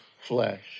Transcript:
flesh